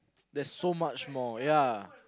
there's so much more ya